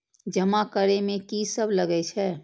जमा करे में की सब लगे छै?